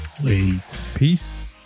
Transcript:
Peace